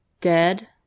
dead